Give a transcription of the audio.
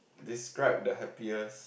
describe the happiest